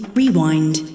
rewind